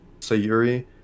Sayuri